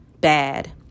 bad